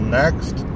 next